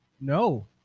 No